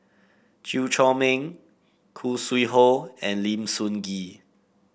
Chew Chor Meng Khoo Sui Hoe and Lim Sun Gee